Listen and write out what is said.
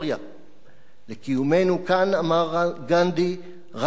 "לקיומנו כאן", אמר גנדי, "רק פתרון אחד: